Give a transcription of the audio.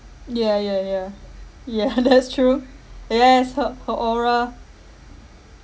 ya ya ya ya that's true yes her her aura